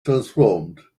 transformed